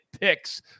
picks